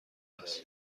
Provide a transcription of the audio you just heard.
است